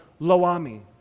Loami